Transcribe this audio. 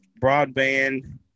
broadband